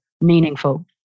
meaningful